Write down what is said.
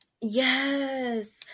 Yes